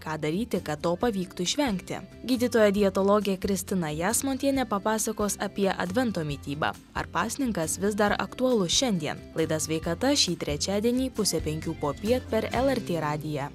ką daryti kad to pavyktų išvengti gydytoja dietologė kristina jasmontienė papasakos apie advento mitybą ar pasninkas vis dar aktualus šiandien laida sveikata šį trečiadienį pusę penkių popiet per lrt radiją